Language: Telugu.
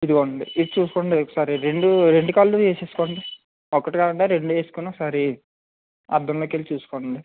ఇదిగోనండీ ఇది చూసుకోండి ఒకసారి రెండు రెండు కాళ్ళు వేసుకోండి ఒకటి కాకుండా రెండూ వేసుకుని ఒకసారి అద్దంలోకెళ్ళి చూసుకోండి